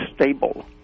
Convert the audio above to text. stable